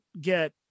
get